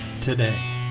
today